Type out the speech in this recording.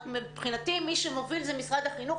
אבל מבחינתי משרד החינוך הוא זה שמוביל.